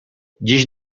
dziś